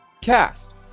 cast